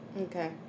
Okay